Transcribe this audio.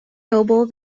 noble